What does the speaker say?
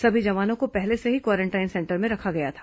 सभी जवानों को पहले से ही क्वारेंटाइन सेंटर में रखा गया था